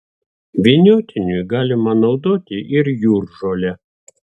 vyniotiniui galima naudoti ir jūržolę